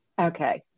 okay